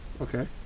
Okay